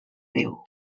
déu